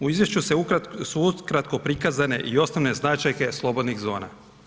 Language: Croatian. U izvješću su ukratko prikazane i ostale značajke slobodnih zona.